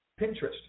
Pinterest